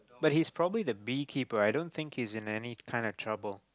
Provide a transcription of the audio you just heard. but he's probably the bee keeper i don't think he's in any kind of trouble